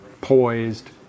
poised